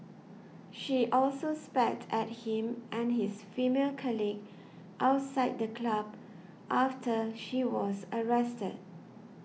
she also spat at him and his female colleague outside the club after she was arrested